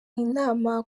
inama